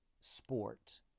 sport